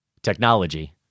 Technology